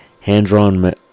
hand-drawn